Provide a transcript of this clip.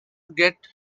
get